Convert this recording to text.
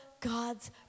God's